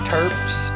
Terps